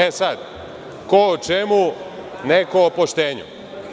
E, sad, ko o čemu, neko o poštenju.